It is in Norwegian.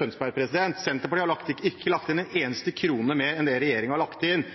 Tønsberg. Senterpartiet har ikke lagt inn en eneste krone mer enn det regjeringen har lagt inn,